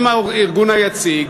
עם הארגון היציג.